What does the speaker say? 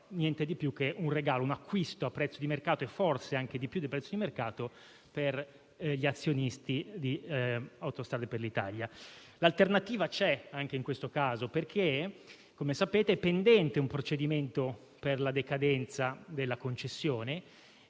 niente di più che un regalo o un acquisto a prezzo di mercato (e forse anche superiore ai prezzi mercato) per gli azionisti di Autostrade per l'Italia. L'alternativa c'è anche in questo caso, perché, come sapete, è pendente un procedimento per la decadenza della concessione,